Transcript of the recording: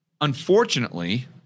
Unfortunately